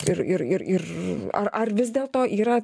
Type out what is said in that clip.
ir ir ir ar ar vis dėlto yra